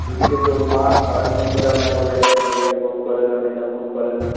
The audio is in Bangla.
ওদিকে তোর মা সারাক্ষণ ধরে আমায় বলে যাচ্ছে মেয়েটা ফোন করে না মেয়েটা ফোন করে না